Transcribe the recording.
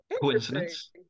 Coincidence